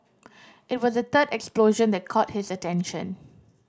it was the third explosion that caught his attention